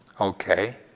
Okay